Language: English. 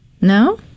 no